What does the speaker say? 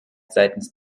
seitens